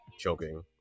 Choking